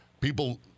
people